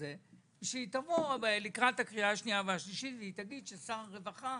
שתבוא לקראת הקריאה השנייה והשלישית ותגיד ששר הרווחה,